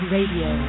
Radio